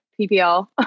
PPL